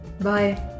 Bye